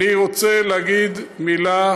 אני רוצה להגיד מילת